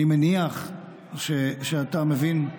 אני מניח שאתה מבין,